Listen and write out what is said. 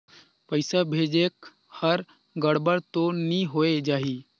पइसा भेजेक हर गड़बड़ तो नि होए जाही?